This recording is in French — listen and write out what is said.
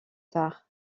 tard